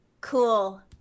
cool